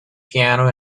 piano